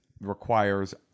requires